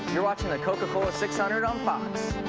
you are watching the coca-cola six hundred on fox